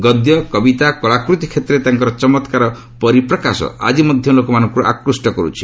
ଗଦ୍ୟ କବିତା କଳାକୃତୀ କ୍ଷେତ୍ରରେ ତାଙ୍କର ଚମତ୍କାର ପରିପ୍ରକାଶ ଆଜି ମଧ୍ୟ ଲୋକମାନଙ୍କୁ ଆକୃଷ୍ଟ କରୁଛି